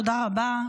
תודה רבה.